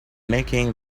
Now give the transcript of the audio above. making